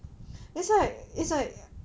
that's why it's like